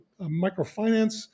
microfinance